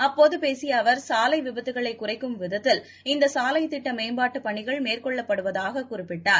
அப்போதபேசியஅவா் சாலைவிபத்துக்களைகுறைக்கும் விதத்தில் இந்தசாலைத் திட்டமேம்பாட்டுப் பணிகள் மேற்கொள்ளப்படுவதாகக் குறிப்பிட்டார்